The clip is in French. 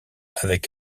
avec